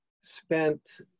spent